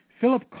Philip